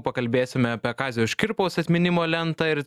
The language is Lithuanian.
pakalbėsime apie kazio škirpos atminimo lentą ir